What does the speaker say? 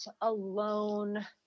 alone